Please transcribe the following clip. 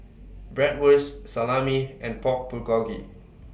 Bratwurst Salami and Pork Bulgogi